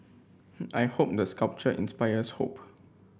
I hope the sculpture inspires hope